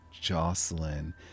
Jocelyn